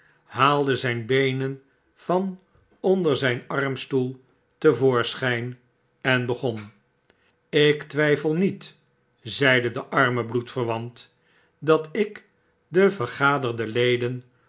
haalde zijn beenen van onder zp armstoel te voorschp en begon ik twijfel niet zeide de arme bloedverwant dat ik de vergaderde leden